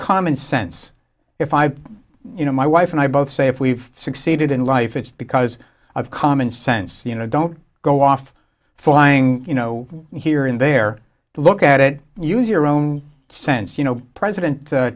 common sense if i you know my wife and i both say if we've succeeded in life it's because of common sense you know don't go off flying you know here and there to look at it and use your own sense you know president